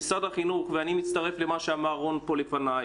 אני מצטרף למה שאמר רון פה לפניי,